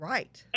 Right